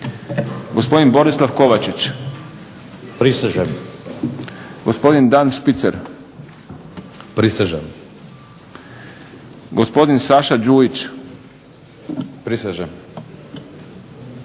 gospodin Borislav Kovačić-prisežem, gospodin Dan Špicer-prisežem, gospodin Saša Đujić-prisežem,